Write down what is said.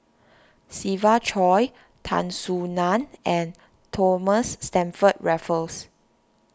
Siva Choy Tan Soo Nan and Thomas Stamford Raffles